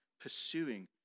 pursuing